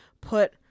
put